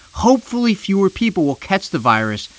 hopefully, fewer people will catch the virus,